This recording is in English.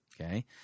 okay